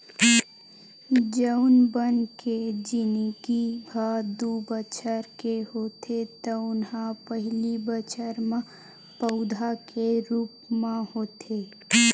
जउन बन के जिनगी ह दू बछर के होथे तउन ह पहिली बछर म पउधा के रूप म होथे